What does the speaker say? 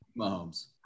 Mahomes